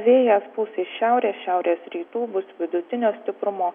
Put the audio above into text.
vėjas pūs iš šiaurės šiaurės rytų bus vidutinio stiprumo